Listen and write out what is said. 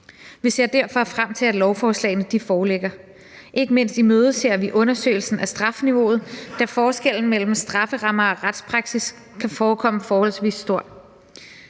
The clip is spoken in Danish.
Vi ser derfor frem til, at lovforslagene foreligger. Ikke mindst imødeser vi undersøgelsen af strafniveauet, da forskellen mellem strafferammer og retspraksis kan forekomme forholdsvis stor